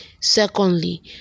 secondly